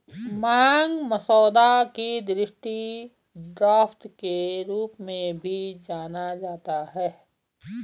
मांग मसौदा को दृष्टि ड्राफ्ट के रूप में भी जाना जाता है